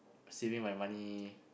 saving my money